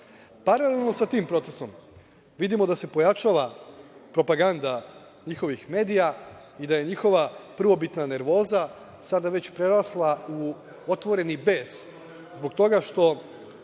sprečili. Paralelno sa tim procesom, vidimo da se pojačava propaganda njihovih medija i da je njihova prvobitna nervoza, sada već prerasla u otvoreni bes, zbog nemoći